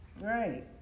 Right